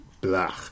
blah